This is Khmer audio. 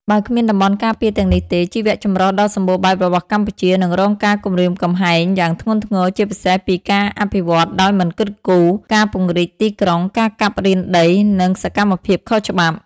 បើគ្មានតំបន់ការពារទាំងនេះទេ ជីវៈចម្រុះដ៏សម្បូរបែបរបស់កម្ពុជានឹងរងការគំរាមកំហែងយ៉ាងធ្ងន់ធ្ងរ ជាពិសេសពីការអភិវឌ្ឍដោយមិនគិតគូរ ការពង្រីកទីក្រុង ការកាប់រានដី និងសកម្មភាពខុសច្បាប់។